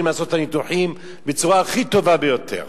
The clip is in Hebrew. לעשות את הניתוחים בצורה הטובה ביותר,